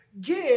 give